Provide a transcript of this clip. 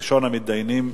ראשון המתדיינים,